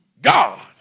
God